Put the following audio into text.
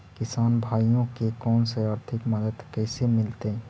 किसान भाइयोके कोन से आर्थिक मदत कैसे मीलतय?